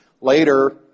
later